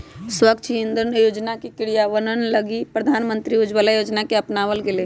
स्वच्छ इंधन योजना के क्रियान्वयन लगी प्रधानमंत्री उज्ज्वला योजना के अपनावल गैलय